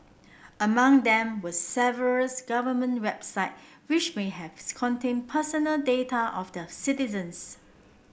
among them was several government website which may have contained personal data of their citizens